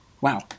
Wow